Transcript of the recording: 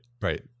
right